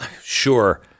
sure